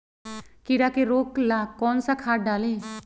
कीड़ा के रोक ला कौन सा खाद्य डाली?